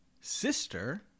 sister